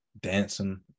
dancing